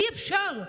אי-אפשר.